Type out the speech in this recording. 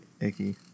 icky